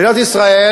מדינת ישראל,